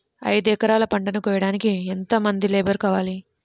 ఐదు ఎకరాల పంటను కోయడానికి యెంత మంది లేబరు కావాలి?